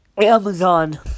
Amazon